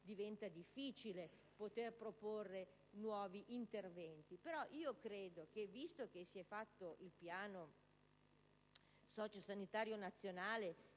diventa difficile poter proporre nuovi interventi. Credo però che, visto che si è fatto il piano socio-sanitario nazionale